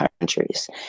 countries